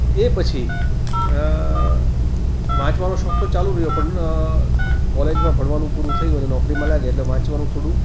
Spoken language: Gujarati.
એ પછી વાંચવાનો શોખ તો ચાલુ રહ્યો પણ કોલેજમાં ભણવાનું પૂરું થયું અને નોકરીમાં લાગ્યાં એટલે વાંચવાનું થોડું